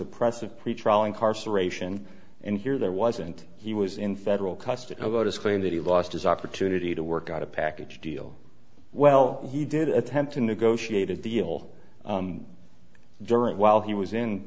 oppressive pretrial incarceration and here there wasn't he was in federal custody of what is claimed that he lost his opportunity to work out a package deal well he did attempt to negotiate a deal durant while he was in